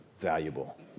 valuable